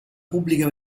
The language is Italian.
pubblica